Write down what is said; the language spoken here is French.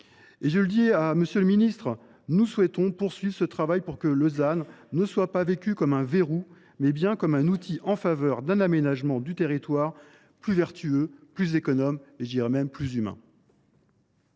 est essentiel. Monsieur le ministre, nous souhaitons poursuivre ce travail, pour que le ZAN ne soit pas vécu comme un verrou, mais bien comme un outil en faveur d’un aménagement du territoire plus vertueux, plus économe et, dès lors, plus humain.